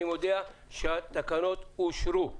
אני מודיע שהתקנות אושרו.